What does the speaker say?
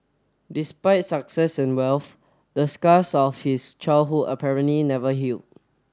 despite success and wealth the scars of his childhood apparently never healed